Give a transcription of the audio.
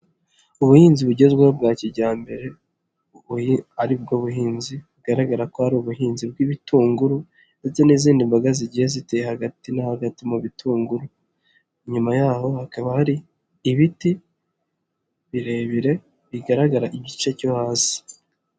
Ubuhinzi bugezweho bwa kijyambere, aribwo buhinzi bugaragara ko ari ubuhinzi bw'ibitunguru ndetse n'izindi mbaga zigiye zitera hagati n'ahagati mu bitunguru inyuma yaho hakaba hari ibiti birebire bigaragara igice cyo hasi.